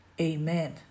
Amen